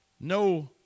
No